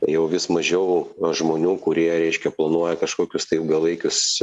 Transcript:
jau vis mažiau žmonių kurie reiškia planuoja kažkokius tai ilgalaikius